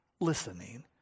listening